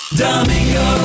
Domingo